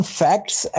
facts